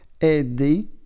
aider